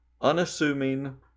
Unassuming